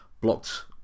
blocked